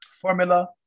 Formula